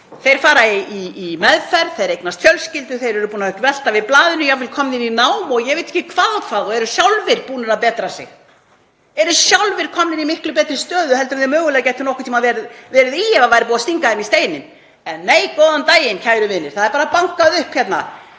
Þeir fara í meðferð, þeir eignast fjölskyldu, þeir eru búnir að snúa við blaðinu, jafnvel komnir í nám og ég veit ekki hvað og eru sjálfir búnir að betra sig, eru sjálfir komnir í miklu betri stöðu en þeir gætu mögulega nokkurn tímann verið í ef það væri búið að stinga þeim í steininn. En nei, góðan daginn, kæru vinir, það er bankað upp á